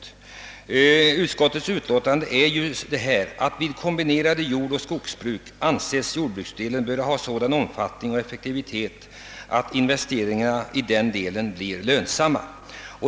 I utskottsutlåtandet säges att vid kombinerade jordoch skogsbruk bör jordbruksdelen ha sådan omfattning och effektivitet att investeringarna i den delen blir lönsamma.